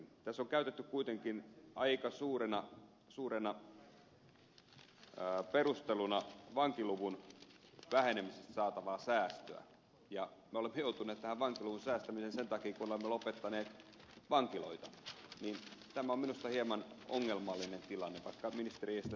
tässä on käytetty kuitenkin aika suurena perusteluna vankiluvun vähenemisestä saatavaa säästöä ja me olemme joutuneet tähän vankiluvun säästämiseen sen takia kun olemme lopettaneet vankiloita ja tämä on minusta hieman ongelmallinen tilanne vaikka ministeri ei sitä sellaisena näekään